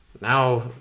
now